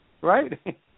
right